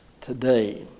today